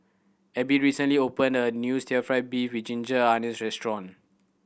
Abbey recently opened a new still fried beef with ginger onions restaurant